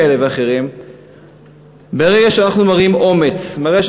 בנאום הפצצה על איראן,